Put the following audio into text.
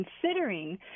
considering